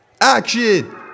Action